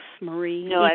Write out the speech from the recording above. Marie